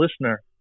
listener